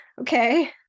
Okay